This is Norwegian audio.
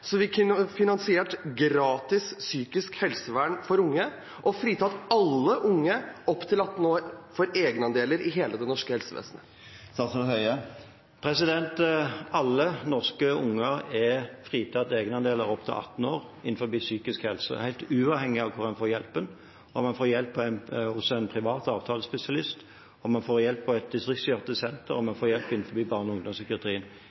så vi kunne finansiert gratis psykisk helsevern for unge og fritatt alle unge opp til 18 år for egenandeler i hele det norske helsevesenet. Alle norske unge opptil 18 år er fritatt for egenandel innenfor psykisk helse – helt uavhengig av hvor man får hjelp, om man får hjelp hos en privat avtalespesialist, om man får hjelp på et distriktspsykiatrisk senter, om man får hjelp innen barne- og ungdomspsykiatrien.